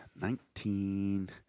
nineteen